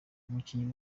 umukinnyi